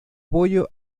apoyo